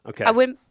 Okay